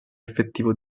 effettivo